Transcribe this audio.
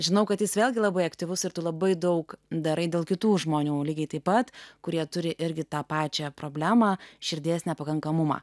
žinau kad jis vėlgi labai aktyvus ir tu labai daug darai dėl kitų žmonių lygiai taip pat kurie turi irgi tą pačią problemą širdies nepakankamumą